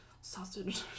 Sausage